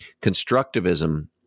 constructivism